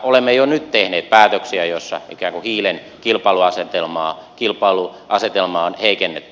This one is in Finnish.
olemme jo nyt tehneet päätöksiä joissa ikään kuin hiilen kilpailuasetelmaa on heikennetty